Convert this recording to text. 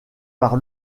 par